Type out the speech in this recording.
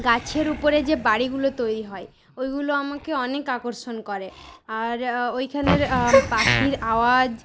গাছের উপরে যে বাড়িগুলো তৈরি হয় ওইগুলো আমাকে অনেক আকর্ষণ করে আর ওইখানের পাখির আওয়াজ